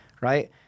right